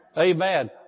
Amen